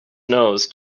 nose